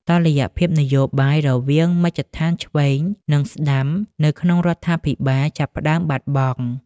តុល្យភាពនយោបាយរវាងមជ្ឈដ្ឋានឆ្វេង និងស្តាំនៅក្នុងរដ្ឋាភិបាលចាប់ផ្តើមបាត់បង់។